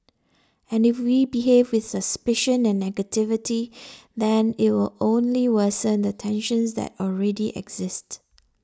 and if we behave with suspicion and negativity then it will only worsen the tensions that already exist